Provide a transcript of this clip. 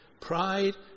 Pride